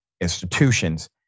institutions